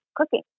cooking